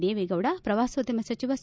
ದೇವೇಗೌಡ ಪ್ರವಾಸೋದ್ಯಮ ಸಚಿವ ಸಾ